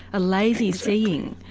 a lazy seeing.